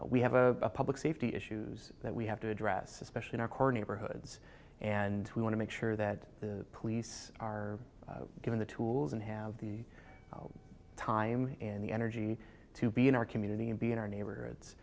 we have a public safety issues that we have to address especially in our core neighborhoods and we want to make sure that the police are given the tools and have the time in the energy to be in our community and be in our neighborhoods